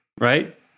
Right